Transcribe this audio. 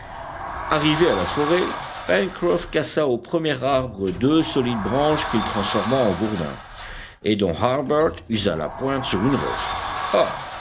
arrivé à la forêt pencroff cassa au premier arbre deux solides branches qu'il transforma en gourdins et dont harbert usa la pointe sur une roche ah